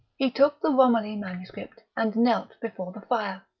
he took the romilly manuscript and knelt before the fire.